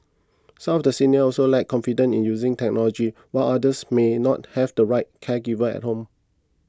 some of the seniors also lack confidence in using technology while others may not have the right caregivers at home